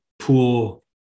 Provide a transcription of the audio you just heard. Pool